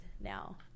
now